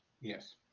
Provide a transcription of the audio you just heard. Yes